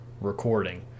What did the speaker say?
recording